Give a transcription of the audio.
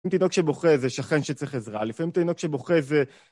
לפעמים תינוק שבוכה זה שכן שצריך עזרה, לפעמים תדעו כשבוכה זה...